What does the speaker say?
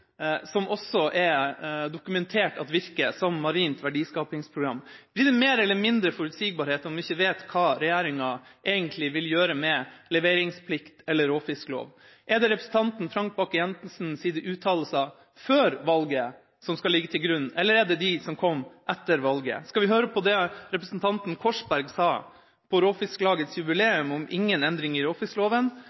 som det også er dokumentert at virker, som Marint verdiskapingsprogram. Blir det mer eller mindre forutsigbarhet når man ikke vet hva regjeringa egentlig vil gjøre med leveringsplikt eller råfisklov? Er det representanten Frank Bakke-Jensens uttalelser før valget som skal ligge til grunn, eller er det de som kom etter valget? Skal vi høre på det representanten Korsberg sa på Råfisklagets jubileum om at det ikke skulle bli endringer i råfiskloven,